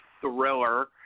thriller